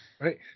right